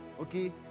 okay